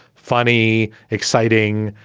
funny, exciting,